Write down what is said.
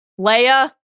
Leia